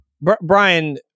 Brian